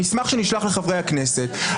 המסמך שנשלח לחברי הכנסת.